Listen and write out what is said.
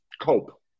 cope